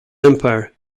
empire